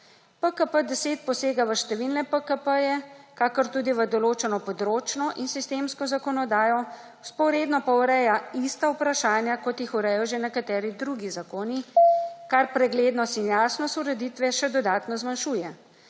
PKP10 posega v številne PKP-je, kakor tudi v določeno področno in sistemsko zakonodajo, vzporedno pa ureja ista vprašanja kot jih urejajo že nekateri drugi zakoni, kar preglednost in jasnost ureditve še dodatno zmanjšuje.